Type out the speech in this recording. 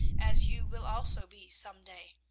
as you will also be some day.